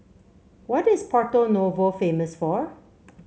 what is Porto Novo famous for